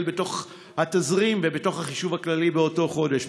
בתוך התזרים ובתוך החישוב הכללי באותו חודש,